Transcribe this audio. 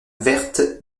verte